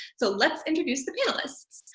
so let's introduce the panelists.